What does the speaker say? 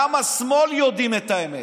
גם בשמאל יודעים את האמת,